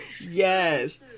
Yes